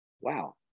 wow